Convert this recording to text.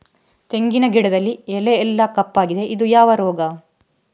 ತೆಂಗಿನ ಗಿಡದಲ್ಲಿ ಎಲೆ ಎಲ್ಲಾ ಕಪ್ಪಾಗಿದೆ ಇದು ಯಾವ ರೋಗ?